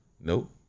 nope